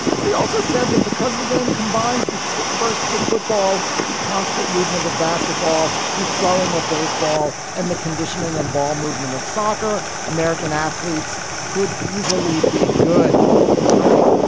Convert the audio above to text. but he also said that because the game combines the quick bursts of football, the constant movement of basketball, the throwing of baseball and the conditioning and ball movement of soccer, american athletes could easily be good he's right.